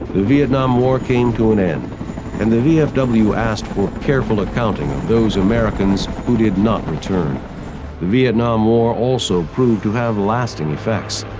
the vietnam war came to an end and the vfw asked for careful accounting of those americans who did not return. the vietnam war also proved to have lasting effects.